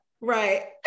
right